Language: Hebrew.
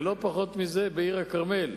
ולא פחות מזה גם בעיר הכרמל,